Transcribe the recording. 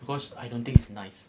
because I don't think it's nice